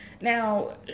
Now